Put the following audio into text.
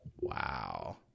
Wow